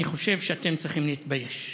אני חושב שאתם צריכים להתבייש.